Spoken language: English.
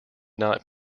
not